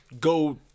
go